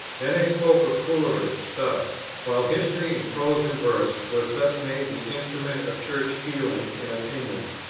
then i spoke of coleridge, thus while history in prose and verse was thus made the instrument of church feelings and opinions,